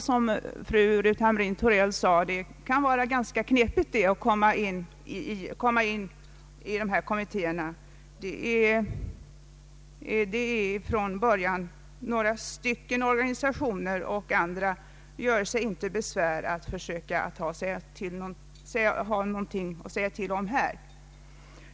Som fru Ruth Hamrin-Thorell sade kan det vara ganska knepigt att komma in i dessa kommittéer, Från början har några få utvalda organisationer varit representerade — andra göre sig inte besvär att försöka få någonting att säga till om.